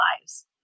lives